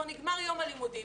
נגמר יום הלימודים,